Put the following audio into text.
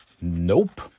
Nope